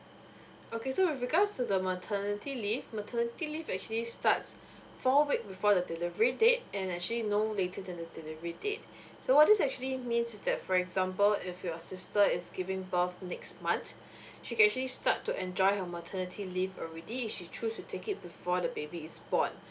okay so with regards to the maternity leave maternity leave actually starts four week before the delivery date and actually no later than the delivery date so what this actually means is that for example if your sister is giving birth next month she can actually start to enjoy her maternity leave already if she choose to take it before the baby is born